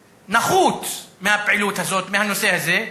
נחוץ, מהפעילות הזאת, מהנושא הזה,